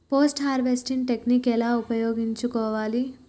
Post harvesting technique ఎలా ఉపయోగించుకోవాలి?